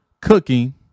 cooking